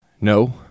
No